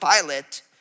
Pilate